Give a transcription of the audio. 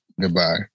goodbye